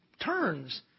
turns